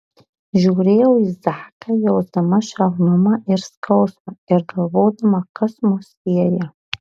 žiūrėjau į zaką jausdama švelnumą ir skausmą ir galvodama kas mus sieja